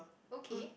okay